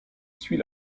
suit